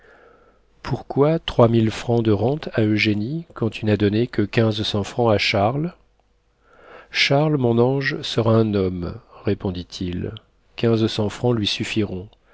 pourquoi trois mille francs de rente à eugénie quand tu n'as donné que quinze cents francs à charles charles mon ange sera un homme répondit-il quinze cents francs lui suffiront